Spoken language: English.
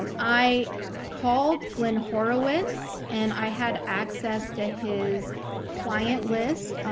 um i called glenn horowitz and i had access to his client list,